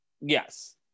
Yes